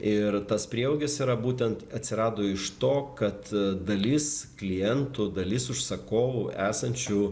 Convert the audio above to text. ir tas prieaugis yra būtent atsirado iš to kad dalis klientų dalis užsakovų esančių